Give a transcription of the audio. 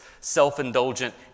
self-indulgent